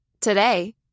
Today